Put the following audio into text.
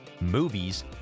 Movies